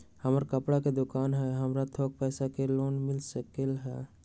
हमर कपड़ा के दुकान है हमरा थोड़ा पैसा के लोन मिल सकलई ह?